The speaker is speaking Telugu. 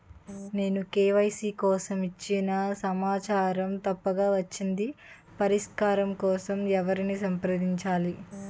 నేను కే.వై.సీ కోసం ఇచ్చిన సమాచారం తప్పుగా వచ్చింది పరిష్కారం కోసం ఎవరిని సంప్రదించాలి?